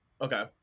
Okay